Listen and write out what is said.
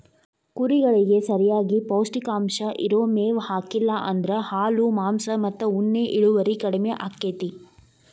ಕುರಿಗಳಿಗೆ ಸರಿಯಾಗಿ ಪೌಷ್ಟಿಕಾಂಶ ಇರೋ ಮೇವ್ ಹಾಕ್ಲಿಲ್ಲ ಅಂದ್ರ ಹಾಲು ಮಾಂಸ ಮತ್ತ ಉಣ್ಣೆ ಇಳುವರಿ ಕಡಿಮಿ ಆಕ್ಕೆತಿ